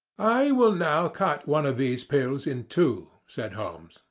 i will now cut one of these pills in two, said holmes,